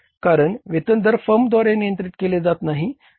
कारण वेतन दर फर्मद्वारे नियंत्रित केले जात नाही